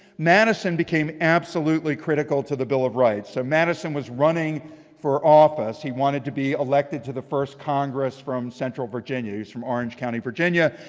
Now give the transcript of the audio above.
madison became absolutely critical to the bill of rights. so madison was running for office. he wanted to be elected to the first congress from central virginia. he was from orange county, virginia.